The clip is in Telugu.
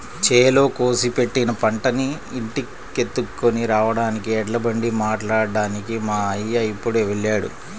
చేలో కోసి పెట్టిన పంటని ఇంటికెత్తుకొని రాడానికి ఎడ్లబండి మాట్లాడ్డానికి మా అయ్య ఇప్పుడే వెళ్ళాడు